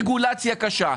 רגולציה קשה,